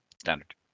Standard